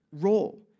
role